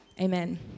Amen